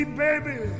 baby